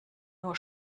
nur